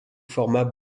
format